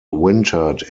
wintered